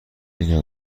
این